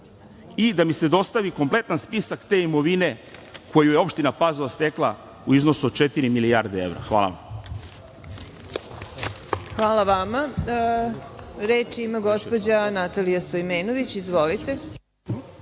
I, da mi se dostavi kompletan spisak te imovine koju je opština Pazova stekla u iznosu od četiri milijarde evra. Hvala vam. **Marina Raguš** Hvala vama. Reč ima gospođa Natalija Stojmenović. Izvolite.